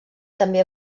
també